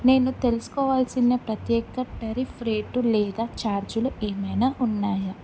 నేను తెలుసుకోవాల్సిన ప్రత్యేక టారిఫ్ రేటు లేదా ఛార్జ్లు ఏమైనా ఉన్నాయా